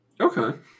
Okay